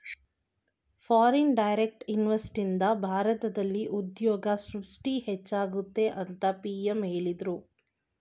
foreign direct ಇನ್ವೆಸ್ತ್ಮೆಂಟ್ನಿಂದ ಭಾರತದಲ್ಲಿ ಉದ್ಯೋಗ ಸೃಷ್ಟಿ ಹೆಚ್ಚಾಗುತ್ತದೆ ಅಂತ ಪಿ.ಎಂ ಹೇಳಿದ್ರು